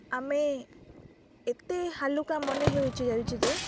ଆମେ ଏତେ ହାଲୁକା ମନେ ହେଉଛି ଯାଉଛି ଯେ